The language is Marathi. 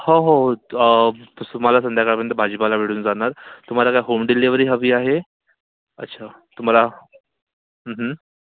हो हो तसं तुम्हाला संध्याकाळपर्यंत भाजीपाला भेटून जाणार तुम्हाला काय होम डिलेव्हरी हवी आहे अच्छा तुम्हाला हं हं